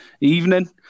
evening